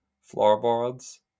floorboards